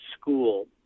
school